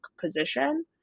position